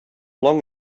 long